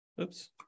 Oops